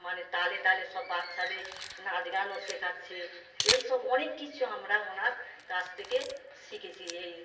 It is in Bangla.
মানে তালে তালে সব বাচ্চাদের নাচ গানও শেখাচ্ছে এইসব অনেক কিছু আমরা ওনার কাছ থেকে শিখেছি এই